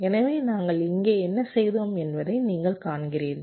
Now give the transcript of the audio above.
எனவே நாங்கள் இங்கே என்ன செய்தோம் என்பதை நீங்கள் காண்கிறீர்கள்